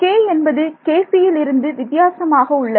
மாணவர் k என்பது ல் இருந்து வித்தியாசமாக உள்ளது